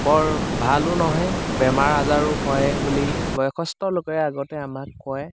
বৰ ভালো নহয় বেমাৰ আজাৰো হয় বুলি বয়সস্থ লোকে আগতে আমাক কয়